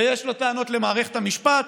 ויש לו טענות למערכת המשפט,